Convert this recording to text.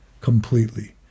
completely